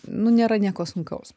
nu nėra nieko sunkaus